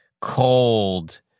cold